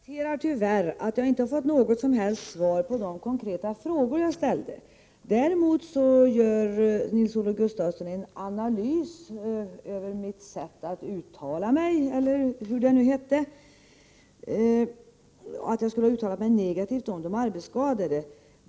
Herr talman! Jag konstaterar att jag tyvärr inte har fått något som helst svar på de konkreta frågor jag ställde. Däremot gjorde Nils-Olof Gustafsson en analys av mitt sätt att uttala mig, eller hur det nu hette, att jag skulle ha uttalat mig negativt om de arbetsskadade.